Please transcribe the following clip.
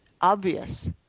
obvious